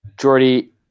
Jordy